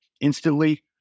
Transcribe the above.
instantly